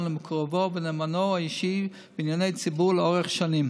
למקורבו ונאמנו האישי בענייני ציבור לאורך שנים.